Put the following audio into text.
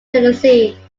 tennessee